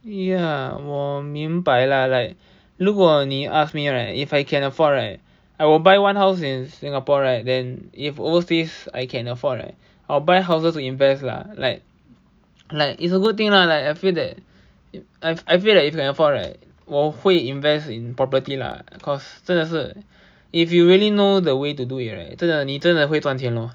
ya 我明白啦 like 如果你 ask me right if I can afford right I will buy one house in Singapore right then if overseas I can afford right I will buy houses to invest lah like like it's a good thing lah like I feel that I've I feel like if I can afford right 我会 invest in property lah cause 真的是 if you really know the way to do it right 真的你真的会赚钱咯